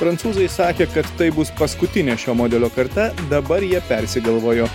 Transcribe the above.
prancūzai sakė kad tai bus paskutinė šio modelio karta dabar jie persigalvojo